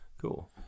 cool